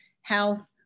health